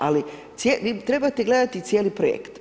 Ali vi trebate gledati cijeli projekt.